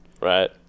Right